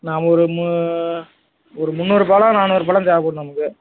நான் ஒரு மு ஒரு முந்நூறு பழம் நானூறு பழம் தேவைப்டும் நமக்கு